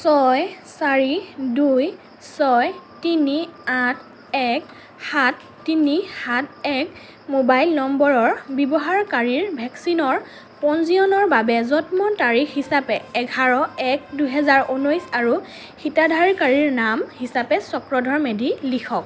ছয় চাৰি দুই ছয় তিনি আঠ এক সাত তিনি সাত এক মোবাইল নম্বৰৰ ব্যৱহাৰকাৰীৰ ভেকচিনৰ পঞ্জীয়নৰ বাবে জন্ম তাৰিখ হিচাপে এঘাৰ এক দুহেজাৰ ঊনৈছ আৰু হিতাধিকাৰীৰ নাম হিচাপে চক্ৰধৰ মেধি লিখক